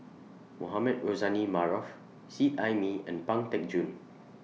Mohamed Rozani Maarof Seet Ai Mee and Pang Teck Joon